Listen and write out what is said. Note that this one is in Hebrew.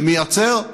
ומייצר,